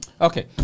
Okay